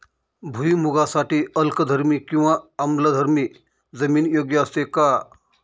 भुईमूगासाठी अल्कधर्मी किंवा आम्लधर्मी जमीन योग्य असते का?